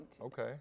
Okay